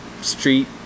street